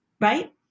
right